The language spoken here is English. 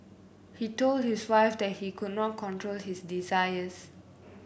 he told his wife that he could not control his desires